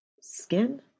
skin